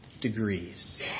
degrees